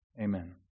Amen